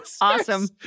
Awesome